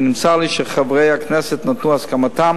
ונמסר לי שחברי הכנסת נתנו הסכמתם